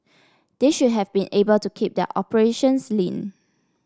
they should have been able to keep their operations lean